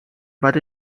but